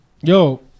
yo